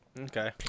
Okay